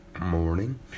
morning